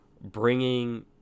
bringing